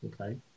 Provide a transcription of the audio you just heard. Okay